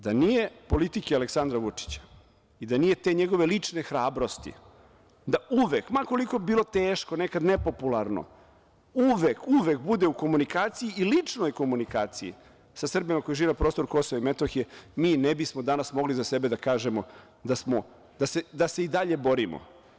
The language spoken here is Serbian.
Da nije politike Aleksandra Vučića i da nije te njegove lične hrabrosti da uvek, ma koliko bilo teško, nekad nepopularno, uvek bude u komunikaciji i ličnoj komunikaciji sa Srbima koji žive na prostoru KiM, mi ne bismo danas mogli za sebe da kažemo da se i dalje borimo.